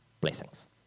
blessings